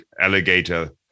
alligator